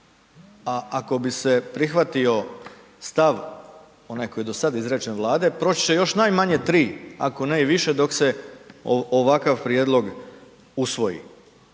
a ako bi se prihvatio stav, onaj koji je do sad izrečen Vlade, proći će još najmanje tri ako ne i više dok se ovaj prijedlog usvoji.